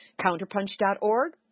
Counterpunch.org